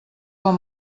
del